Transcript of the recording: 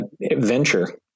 venture